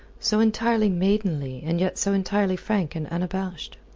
so entirely maidenly and yet so entirely frank and unabashed.